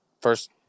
first